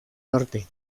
norte